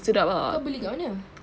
kau beli kat mana